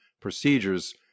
procedures